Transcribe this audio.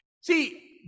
See